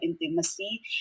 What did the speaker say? intimacy